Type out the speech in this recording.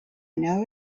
know